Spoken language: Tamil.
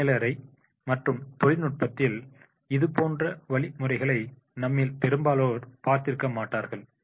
சமையலறை மற்றும் தொழில்நுட்பத்தில் இது போன்ற வழிமுறைகளை நம்மில் பெரும்பாலானோர் பார்த்திருக்க மாட்டார்கள்